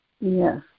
yes